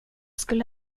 skulle